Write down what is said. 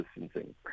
distancing